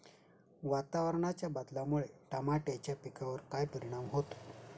वातावरणाच्या बदलामुळे टमाट्याच्या पिकावर काय परिणाम होतो?